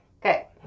Okay